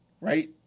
right